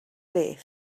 beth